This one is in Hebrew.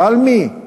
ועל מי?